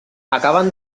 acaben